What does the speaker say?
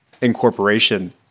incorporation